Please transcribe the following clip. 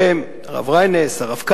לדורותיהם, הרב ריינס, הרב קלישר,